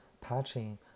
patching